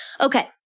Okay